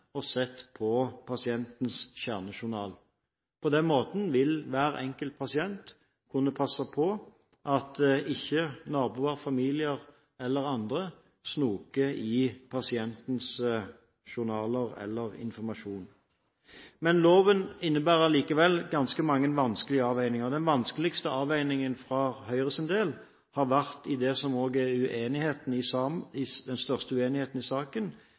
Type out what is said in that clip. og sett på pasientens kjernejournal. På den måten vil hver enkelt pasient kunne passe på at ikke naboer, familie eller andre snoker i pasientens journaler eller informasjon. Loven innebærer allikevel ganske mange vanskelige avveininger. Den vanskeligste avveiningen for Høyres del har vært det som er den største uenigheten i